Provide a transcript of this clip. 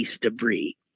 debris